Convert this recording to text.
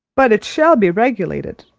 but it shall be regulated,